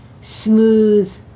smooth